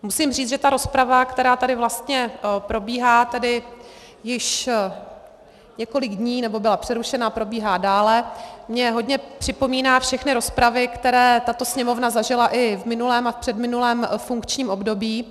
Musím říct, že ta rozprava, která tady vlastně probíhá již několik dní, nebo byla přerušena a probíhá dále, mně hodně připomíná všechny rozpravy, které tato Sněmovna zažila i v minulém a v předminulém funkčním období.